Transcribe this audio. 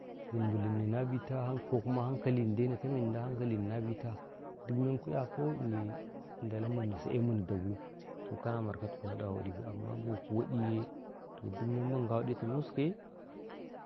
zumbulinni na bita ko kuma hankalini dai na tame inda hankalini na bita duk men ku 'yako ini ndala mini sai eyi mini dagu to kana markatuku na nda waɗi bai amma baku waɗiye to giɗmemmandi nga, waɗi tamusikaye.